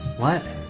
what